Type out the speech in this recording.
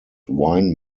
wine